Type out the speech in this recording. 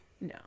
No